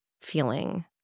feeling